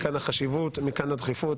מכאן החשיבות והדחיפות,